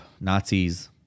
Nazis